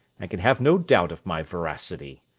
and can have no doubt of my veracity.